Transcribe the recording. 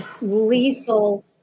lethal